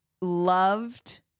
Loved